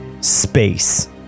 Space